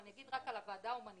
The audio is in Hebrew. ואני אגיד רק על הוועדה ההומניטרית,